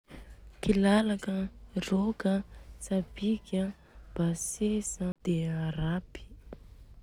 Kilalaka an, rôka an, tsapiky an, basesa an, de a rapy.